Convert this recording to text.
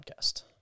podcast